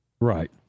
Right